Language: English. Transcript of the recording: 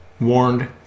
warned